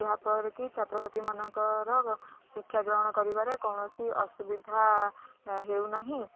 ଯାହାଫଳରେ କି ଛାତ୍ର ଛାତ୍ରୀମାନଙ୍କର ଶିକ୍ଷାାଗ୍ରହଣ କରିବାରେ କୌଣସି ଅସୁବିଧା ହେଉନାହିଁ